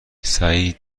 سعید